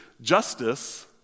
justice